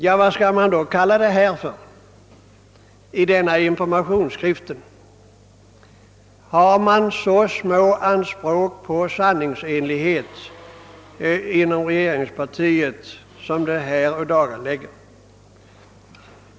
Ja, vad skall man då säga om denna informationsskrift? Har man så små anspråk på sanningsenlighet inom regeringspartiet som denna skrift ådagalägger?